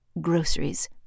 Groceries